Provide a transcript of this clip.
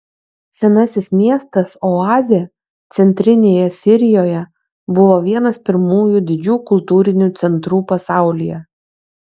senasis miestas oazė centrinėje sirijoje buvo vienas pirmųjų didžių kultūrinių centrų pasaulyje